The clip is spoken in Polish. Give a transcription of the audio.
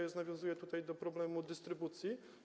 I nawiązuję tutaj do problemu dystrybucji.